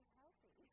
healthy